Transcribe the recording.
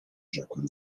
rzekłem